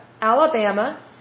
Alabama